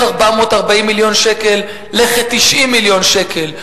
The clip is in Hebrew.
440 מיליון שקל לכ-90 מיליון שקל.